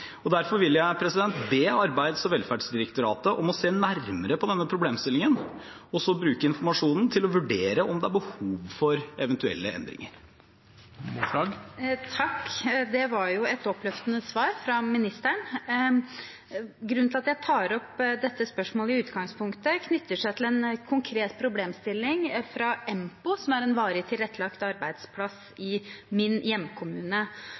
Derfor vil jeg be Arbeids- og velferdsdirektoratet om å se nærmere på denne problemstillingen og så bruke informasjonen til å vurdere om det er behov for eventuelle endringer. Det var jo et oppløftende svar fra ministeren. Grunnen til at jeg tar opp dette spørsmålet i utgangspunktet, knytter seg til en konkret problemstilling fra Empo, som er en varig tilrettelagt arbeidsplass i min hjemkommune.